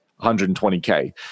120K